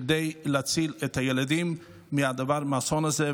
כדי להציל את הילדים מהאסון הזה.